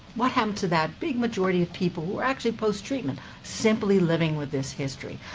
what happened to that big majority of people who are actually posttreatment simply living with this history?